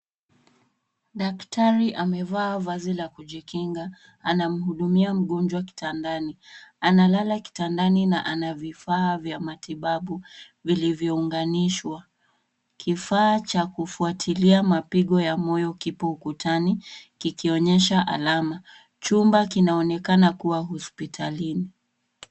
Daktari amevaa vazi la kujikinga anamhudumia mgonjwa kitandani, analala kitandani na anavifaa vya matibabu vilivyounganishwa. Kifaa cha kufuatilia mapigo ya moyo kipo ukutani, kikionyesha alama. Chumba kinaonekana kuwa hospitalini.